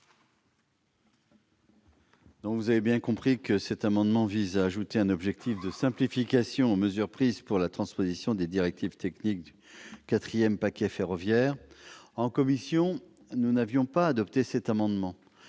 l'avis de la commission ? Cet amendement vise à ajouter un objectif de simplification aux mesures prises pour la transposition des directives techniques relevant du quatrième paquet ferroviaire. En commission, nous n'avons pas adopté cet amendement.